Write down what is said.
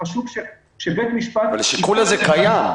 שחשוב שבית משפט --- אבל השיקול הזה קיים.